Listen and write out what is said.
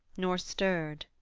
nor stirred.